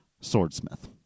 swordsmith